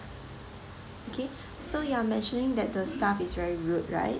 okay so you are mentioning that the staff is very rude right